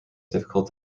difficult